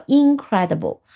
incredible